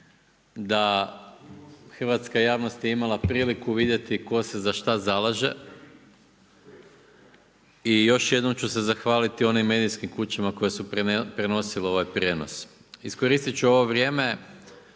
je hrvatska javnost imala priliku vidjeti tko se za šta zalaže i još jednom ću se zahvaliti onim medijskim kućama koje su prenosile ovaj prijenos. Iskoristit ću ovo vrijeme